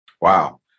Wow